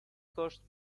coached